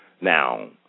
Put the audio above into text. now